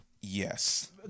yes